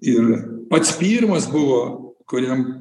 ir pats pirmas buvo kuriam